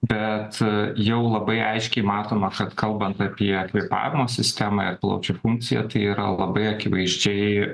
bet jau labai aiškiai matoma kad kalbant apie kvėpavimo sistemą ir plaučių funkciją tai yra labai akivaizdžiai